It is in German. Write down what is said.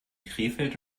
krefeld